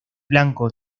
blanco